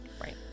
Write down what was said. Right